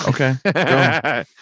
okay